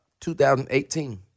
2018